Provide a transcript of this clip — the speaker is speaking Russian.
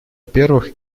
первых